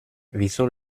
wieso